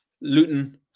Luton